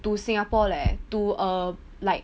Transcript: to singapore leh to a like